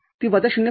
ती वजा ०